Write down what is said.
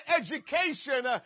education